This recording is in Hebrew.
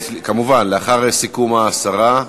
כמובן, לאחר סיכום השרה,